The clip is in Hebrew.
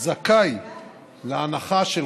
זכאי להנחה של